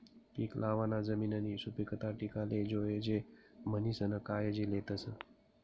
पीक लावाना जमिननी सुपीकता टिकाले जोयजे म्हणीसन कायजी लेतस